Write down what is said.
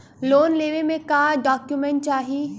Loan लेवे मे का डॉक्यूमेंट चाही?